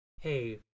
Hey